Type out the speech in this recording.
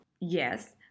yes